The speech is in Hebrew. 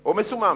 או מסומם,